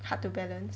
hard to balance